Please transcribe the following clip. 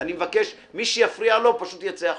ואני מבקש, מי שיפריע לו, פשוט יצא החוצה.